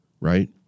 right